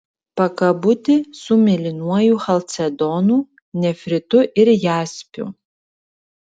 pakabutį su mėlynuoju chalcedonu nefritu ir jaspiu